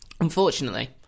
Unfortunately